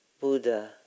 Buddha